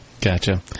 Gotcha